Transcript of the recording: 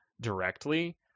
directly